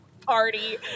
party